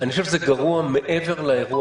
אני חושב שזה גרוע מעבר לאירוע